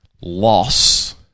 loss